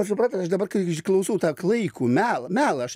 aš suprantat aš dabar kai klausau tą klaikų melą melą aš